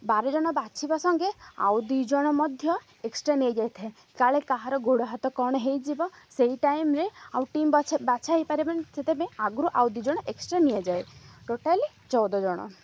ବାର ଜଣ ବାଛିବା ସଙ୍ଗେ ଆଉ ଦୁଇଜଣ ମଧ୍ୟ ଏକ୍ସଟ୍ରା ନେଇଯାଇଥାଏ କାଳେ କାହାର ଗୋଡ଼ ହାତ କ'ଣ ହୋଇଯିବ ସେଇ ଟାଇମ୍ରେ ଆଉ ଟିମ୍ ବଛା ହୋଇପାରିବନି ସେଥିପାଇଁ ଆଗରୁ ଆଉ ଦୁଇଜଣ ଏକ୍ସଟ୍ରା ନିଆଯାଏ ଟୋଟାଲି ଚଉଦ ଜଣ